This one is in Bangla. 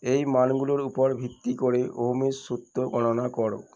এই মানগুলোর উপর ভিত্তি করে ওহমের সূত্র গণনা করো